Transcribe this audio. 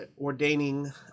ordaining